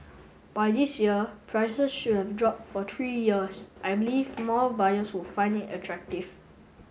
by this year prices should have dropped for three years I believe more buyers will find it attractive